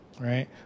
right